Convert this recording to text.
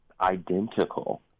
identical